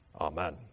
Amen